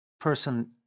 person